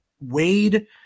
Wade –